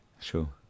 Sure